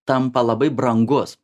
tampa labai brangus